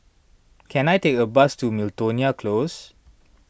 can I take a bus to Miltonia Close